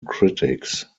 critics